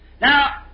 Now